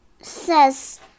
Says